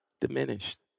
diminished